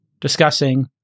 discussing